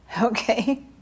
okay